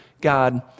God